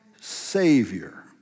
Savior